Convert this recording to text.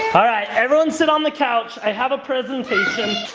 all right, everyone sit on the couch. i have a presentation.